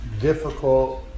difficult